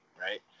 right